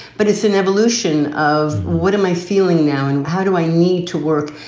but it's an evolution of what am i feeling now and how do i need to work?